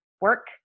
work